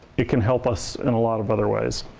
it can help us in a lot of other ways.